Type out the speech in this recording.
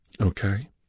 Okay